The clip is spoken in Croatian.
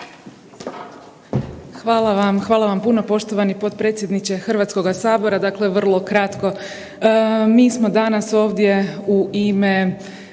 Hvala vam. Hvala vam puno potpredsjedniče HS-a. Dakle, vrlo kratko. Mi smo danas ovdje u ime